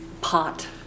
pot